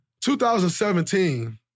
2017